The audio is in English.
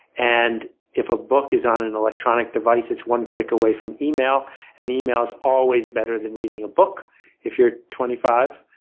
and if a book is on an electronic device, it's one click away from email and email is always better than reading a book if you're twenty five.